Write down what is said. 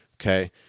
okay